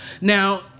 Now